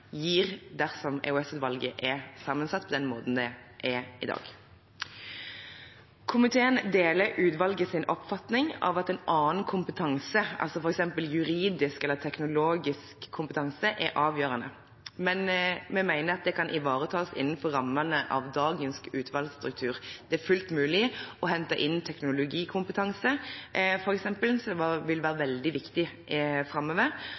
gir, dersom EOS-utvalget er sammensatt på den måten det er i dag. Komiteen deler utvalgets oppfatning om at en annen kompetanse – f.eks. juridisk eller teknologisk kompetanse – er avgjørende, men vi mener at det kan ivaretas innenfor rammene av dagens utvalgsstruktur. Det er fullt mulig å hente inn teknologikompetanse f.eks., som vil være veldig viktig framover.